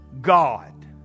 god